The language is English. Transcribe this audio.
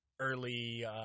early